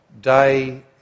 day